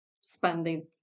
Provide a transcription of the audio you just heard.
spending